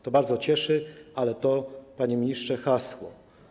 To bardzo cieszy, ale, panie ministrze, to hasło.